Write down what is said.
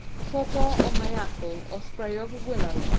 pawpaw or may-apple or spray of willow,